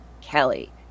kelly